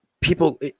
people